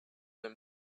him